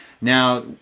Now